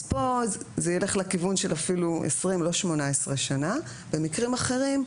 כאן זה ילך לכיוון של אפילו 20 שנים לא 18 שנים ובמקרים אחרים,